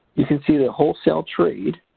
you can see the wholesale trade